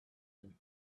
them